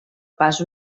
pas